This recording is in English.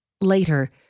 Later